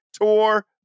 Tour